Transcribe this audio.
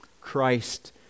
Christ